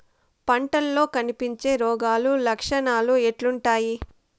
పంటల్లో కనిపించే రోగాలు లక్షణాలు ఎట్లుంటాయి?